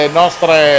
nostre